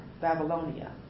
Babylonia